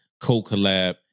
Co-Collab